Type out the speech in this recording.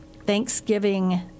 Thanksgiving